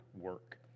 work